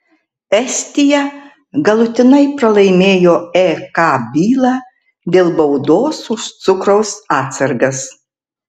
estija galutinai pralaimėjo ek bylą dėl baudos už cukraus atsargas